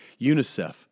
UNICEF